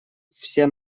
все